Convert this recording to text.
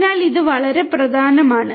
അതിനാൽ ഇത് വളരെ പ്രധാനമാണ്